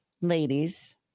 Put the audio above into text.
ladies